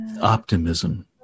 Optimism